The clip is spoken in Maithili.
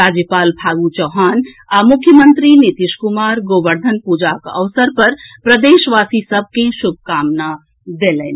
राज्यपाल फागु चौहान आ मुख्यमंत्री नीतीश कुमार गोवर्धन पूजाक अवसर पर प्रदेशवासी सभ के शुभकामना देलनि